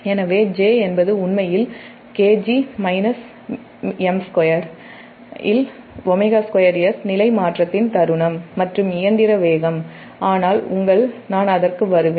எனவே J என்பது உண்மையில் kg m2 இல் 𝝎2s நிலைமாற்றத்தின் தருணம் மற்றும் இயந்திர வேகம் ஆனால் உங்கள் நான் அதற்கு வருவேன்